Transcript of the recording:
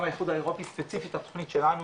האיחוד האירופי וספציפית התוכנית שלנו,